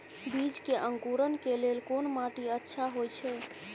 बीज के अंकुरण के लेल कोन माटी अच्छा होय छै?